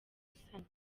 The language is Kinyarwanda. gusanwa